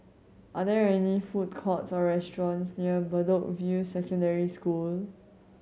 are there any food courts or restaurants near Bedok View Secondary School